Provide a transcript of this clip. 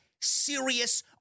serious